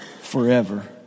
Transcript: forever